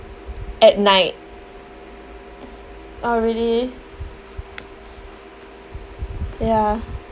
at night oh really yeah